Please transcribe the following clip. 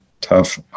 tough